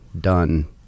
done